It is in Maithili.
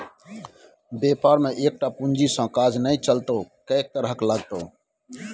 बेपार मे एकटा पूंजी सँ काज नै चलतौ कैक तरहक लागतौ